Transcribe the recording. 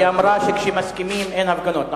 היא אמרה שכשמסכימים אין הפגנות,